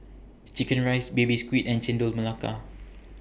Chicken Rice Baby Squid and Chendol Melaka